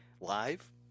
live